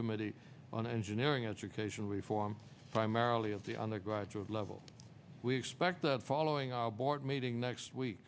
committee on engineering education reform primarily at the undergraduate level we expect that following our board meeting next week